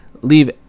leave